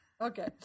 Okay